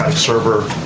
server